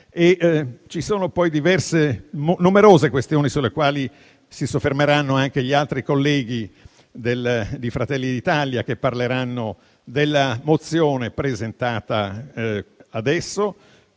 Ci sono numerose questioni sulle quali si soffermeranno anche gli altri colleghi di Fratelli d'Italia, che parleranno della risoluzione presentata adesso